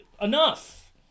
enough